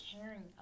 caring